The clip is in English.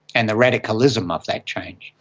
and the radicalism of that change.